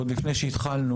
עוד לפני שהתחלנו,